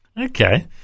Okay